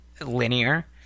linear